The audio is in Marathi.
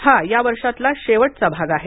हा या वर्षातला शेवटचा भाग आहे